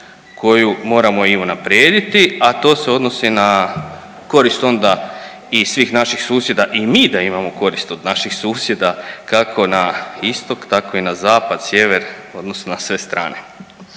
koju moramo i unaprijediti, a to se odnosi na korist onda i svih naših susjeda i mi da imamo korist od naših susjeda kako na istok tako i na zapad, sjever odnosno na sve strane.